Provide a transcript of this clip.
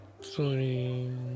Sorry